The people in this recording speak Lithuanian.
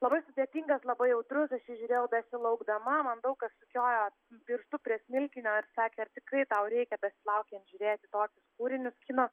labai sudėtingas labai jautrus aš jį žiūrėjau besilaukdama man daug kas sukiojo pirštu prie smilkinio ir sakė ar tikrai tau reikia besilaukiant žiūrėti tokius kūrinius kino